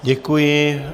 Děkuji.